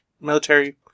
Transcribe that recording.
military